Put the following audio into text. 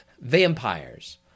vampires